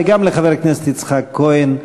וגם לחבר הכנסת יצחק כהן,